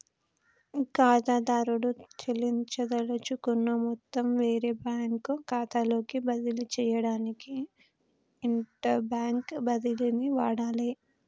ఖాతాదారుడు చెల్లించదలుచుకున్న మొత్తం వేరే బ్యాంకు ఖాతాలోకి బదిలీ చేయడానికి ఇంటర్బ్యాంక్ బదిలీని వాడాలే